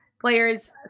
players